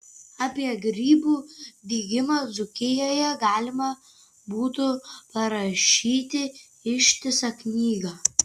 apie grybų dygimą dzūkijoje galima būtų parašyti ištisą knygą